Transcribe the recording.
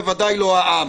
בוודאי לא העם.